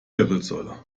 wirbelsäule